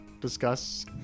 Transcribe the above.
discuss